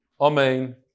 Amen